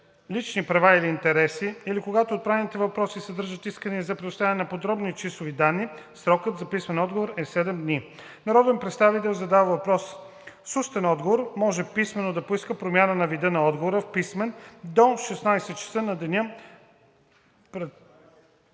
лични права или интереси, или когато отправените въпроси съдържат искания за предоставяне на подробни числови данни. Срокът за писмен отговор е 7 дни. Народен представител, задал въпрос с устен отговор, може писмено да поиска промяна на вида на отговора в писмен до 18,00 ч. на деня,